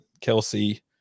Kelsey